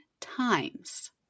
times